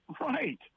Right